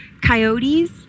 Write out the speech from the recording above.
coyotes